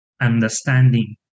understanding